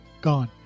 gone